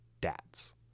dads